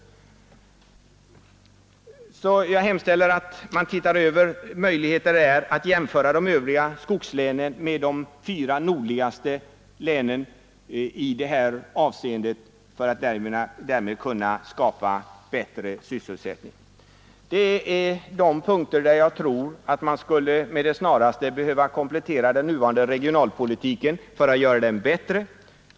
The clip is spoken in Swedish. Jag hemställer därför att man gör en översyn av möjligheterna att jämföra de övriga skogslänen med de fyra nordligaste länen i det här avseendet för att därmed kunna skapa bättre sysselsättning. Det är på dessa punkter jag tror att man med det snaraste skulle behöva komplettera den nuvarande regionalpolitiken för att göra den bättre.